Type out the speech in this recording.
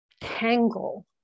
tangle